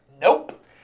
Nope